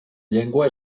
llengua